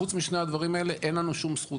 חוץ משני הדברים האלה אין לנו שום זכות